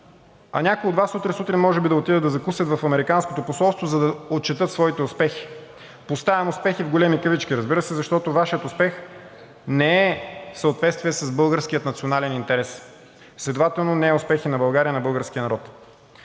а някои от Вас утре сутрин могат да отидат да закусят в американското посолство, за да отчетат своите успехи. Поставям успехи в големи кавички, разбира се, защото Вашият успех не е в съответствие с българския национален интерес, следователно не е интерес на България и на българския народ.